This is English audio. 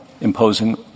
imposing